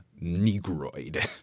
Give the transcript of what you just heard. negroid